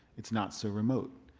it's not so remote.